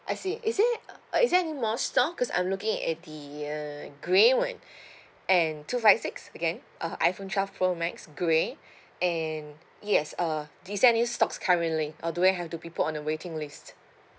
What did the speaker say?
I see is there uh is there any more stock cause I'm looking at the uh grey [one] and two five six again uh iphone twelve pro max grey and yes uh is there any stocks currently or do I have to people on the waiting list